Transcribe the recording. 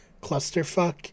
clusterfuck